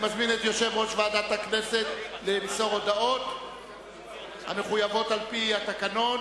אני מזמין את יושב-ראש ועדת הכנסת למסור הודעות המחויבות על-פי התקנון